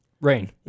rain